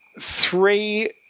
three